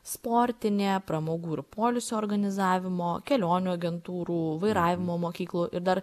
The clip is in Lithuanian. sportinė pramogų ir poilsio organizavimo kelionių agentūrų vairavimo mokyklų ir dar